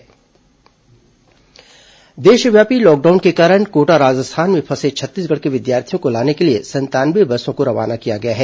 corona बच्चे वापसी प्रक्रिया देशव्यापी लॉकडाउन के कारण कोटा राजस्थान में फंसे छत्तीसगढ़ के विद्यार्थियों को लाने के लिए संतानवे बसों को रवाना किया गया है